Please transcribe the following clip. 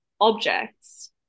objects